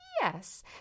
Yes